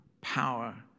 power